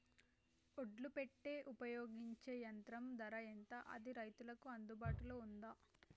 ఒడ్లు పెట్టే ఉపయోగించే యంత్రం ధర ఎంత అది రైతులకు అందుబాటులో ఉందా?